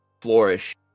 Flourish